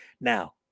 Now